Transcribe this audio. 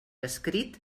escrit